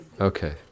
Okay